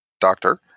doctor